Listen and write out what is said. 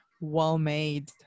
well-made